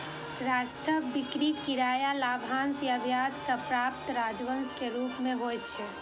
राजस्व बिक्री, किराया, लाभांश आ ब्याज सं प्राप्त राजस्व के रूप मे होइ छै